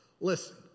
listen